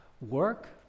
Work